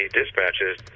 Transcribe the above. dispatches